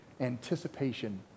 anticipation